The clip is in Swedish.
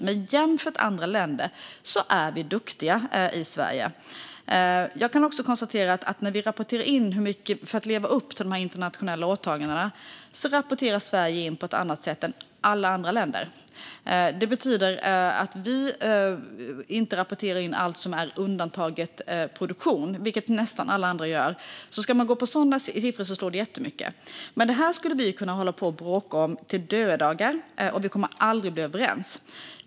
Men jämfört med andra länder är vi duktiga i Sverige. Jag kan också konstatera att när vi i Sverige rapporterar in för att leva upp till de internationella åtagandena gör vi det på ett annat sätt än alla andra länder. Det betyder att vi inte rapporterar in allt som är undantaget produktion, vilket nästan alla andra gör. Om man går på sådana siffror slår det alltså jättemycket. Det här skulle vi kunna hålla på och bråka om till döddagar utan att bli överens.